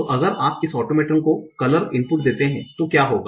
तो अगर आप इस ऑटोमेटन को कलर इनपुट देते हैं तो क्या होगा